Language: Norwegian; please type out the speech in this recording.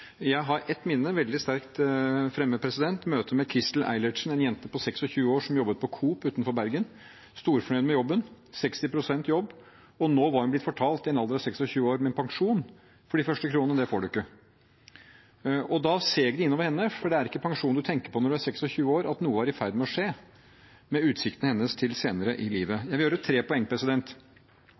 Jeg har et veldig sterkt minne – møtet med Christel Eilertsen, en jente på 26 år som jobbet på Coop utenfor Bergen, storfornøyd med jobben, 60 pst. jobb. Nå var hun blitt fortalt, i en alder av 26 år, at pensjon for de første kronene, det får du ikke. Da seg det innover henne – for det er ikke pensjon du tenker på når du er 26 år – at noe var i ferd med å skje med hennes utsikter senere i livet. Jeg vil nevne tre poeng.